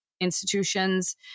institutions